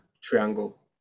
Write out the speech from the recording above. triangle